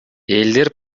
элдер